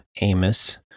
Amos